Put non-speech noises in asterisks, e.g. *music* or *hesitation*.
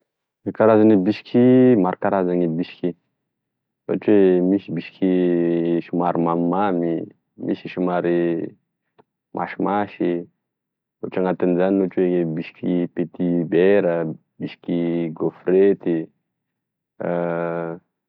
Karazagne bisky maro karaza gne bisky ohatry oe misy bisky somary mamimamy, misy somary masimasy ohatry anatin'zany ohatry oe bisky petibera, bisky gôfrety. *hesitation*